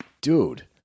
dude—